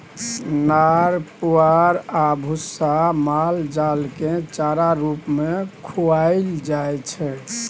नार पुआर आ भुस्सा माल जालकेँ चारा रुप मे खुआएल जाइ छै